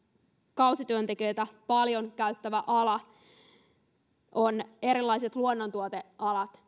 kausityöntekijöitä paljon käyttävä ala suomessa on erilaiset luonnontuotealat